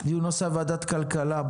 של ועדת הכלכלה: